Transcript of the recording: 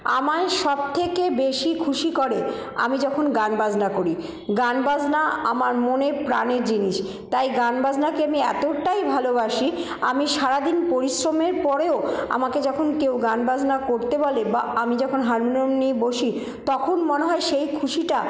আমায় সব থেকে বেশী খুশি করে আমি যখন গান বাজনা করি গান বাজনা আমার মনের প্রাণের জিনিস তাই গান বাজনাকে আমি এতটাই ভালোবাসি আমি সারাদিন পরিশ্রমের পরেও আমাকে যখন কেউ গান বাজনা করতে বলে বা আমি যখন হারমোনিয়াম নিয়ে বসি তখন মনে হয় সেই খুশিটা